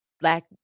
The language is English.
black